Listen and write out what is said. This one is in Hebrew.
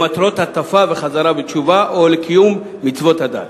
למטרות הטפה והחזרה בתשובה או לקיום מצוות הדת.